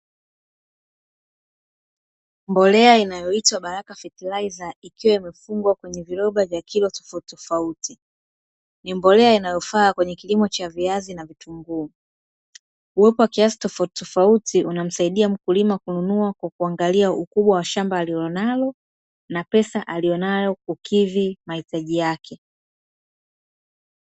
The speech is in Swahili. Mbolea inayoitwa (Baraka fertilizer) ikiwa imefunga kwenye viroba vya kilo kwa kiasi tofauti tofauti, ni mbolea inayofaa kwa kilimo cha viazi na vitunguu kuweekwa kwenye viroba tofauti inamsaidia mkulima kununua kwa kiasi kulingana na ukubwa wa shamba lake.